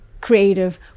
creative